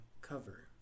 cover